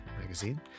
Magazine